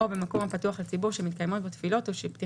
""ילד"